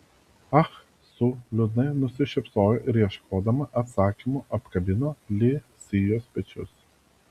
ah su liūdnai nusišypsojo ir ieškodama atsakymo apkabino li sijos pečius